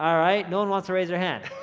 alright no one wants to raise their hand,